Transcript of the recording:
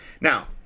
now